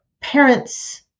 parents